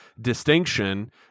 distinction